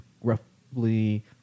roughly